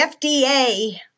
FDA